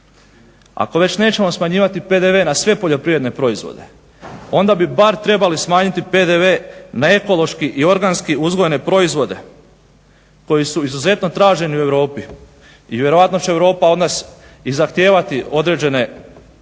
Ako već nećemo smanjivati PDV na sve poljoprivredne proizvode, onda bi bar trebali smanjiti PDV na ekološki i organski uzgojene proizvode koji su izuzetno traženi u Europi. I vjerojatno će Europa od nas i zahtijevati određene postupke